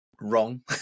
wrong